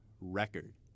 record